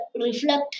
reflect